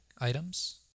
items